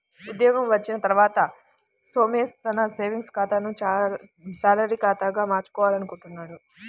ఉద్యోగం వచ్చిన తర్వాత సోమేష్ తన సేవింగ్స్ ఖాతాను శాలరీ ఖాతాగా మార్చుకోవాలనుకుంటున్నాడు